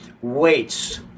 weights